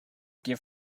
give